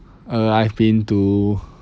uh I've been to